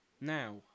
Now